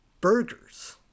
burgers